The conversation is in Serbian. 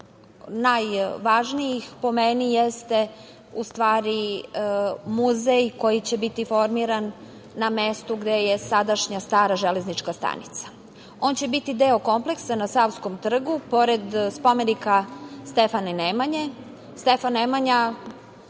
najvažnijih, po meni, jeste u stvari muzej koji će biti formiran na mestu gde je sadašnja stara železnička stanica. On će biti deo kompleksa na Savskom trgu pored spomenika Stefana Nemanje,